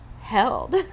held